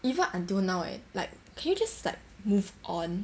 even until now eh like can you just like move on